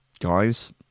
guys